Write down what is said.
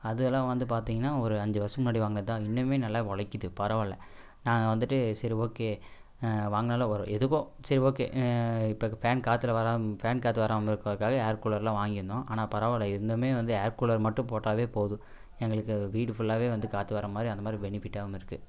அது எல்லாம் வந்து பார்த்தீங்கனா ஒரு அஞ்சு வருஷத்துக்கு முன்னாடி வாங்கிகினது தான் இன்னுமே நல்லா உழைக்கிது பரவாயில்ல நாங்கள் வந்துட்டு சரி ஓகே வாங்கினாலும் ஒரு எதுகோ சரி ஓகே இப்போ ஃபேன் காற்றுல வராம் ஃபேன் காற்று வராமல் இருக்கிறக்காக ஏர்கூலரெல்லாம் வாங்கிருந்தோம் ஆனால் பரவாயில்ல இன்னுமே வந்து ஏர்கூலர் மட்டும் போட்டாவே போதும் எங்களுக்கு வீடு ஃபுல்லாகவே வந்து காற்று வர மாதிரி அந்த மாதிரி பெனிஃபிட்டாகவும் இருக்குது